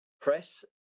press